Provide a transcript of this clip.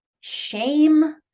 shame